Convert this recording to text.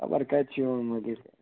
خبر کَتہِ چھِ اوٚنمُت یہِ